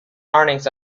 earnings